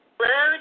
Hello